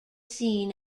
seen